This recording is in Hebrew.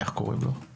זה בוטל עכשיו.